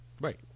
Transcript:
Right